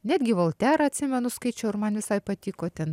netgi volterą atsimenu skaičiau ir man visai patiko ten